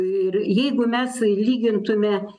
ir jeigu mes lygintume